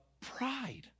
pride